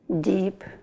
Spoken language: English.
deep